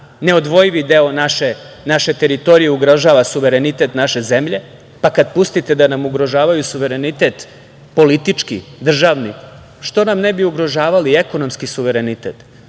neodvojivi deo naše teritorije, ugrožava suverenitet naše zemlje, pa kada pustite da nam ugrožavaju suverenitet, politički, državni, što nam ne bi ugrožavali i ekonomski suverenitet.